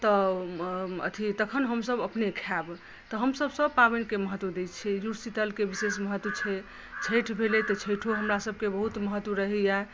तऽ अथी तखन हमसब अपने खायब तऽ हमसब सब पाबनिकेँ महत्त्व दै छियै जुड़शीतलकेँ विशेष महत्त्व छै छठि भेलै तऽ छठिओ हमरा सबकेँ बहुत महत्त्व रहैया